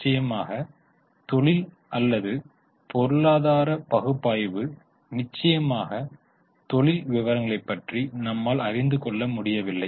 நிச்சயமாக தொழில் அலல்து பொருளாதார பகுப்பாய்வு நிச்சயமாக தொழில் விவரங்களைப் பற்றி நம்மால் அறிந்து கொள்ள முடியவில்லை